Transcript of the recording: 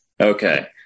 Okay